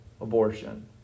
abortion